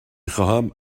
خواهم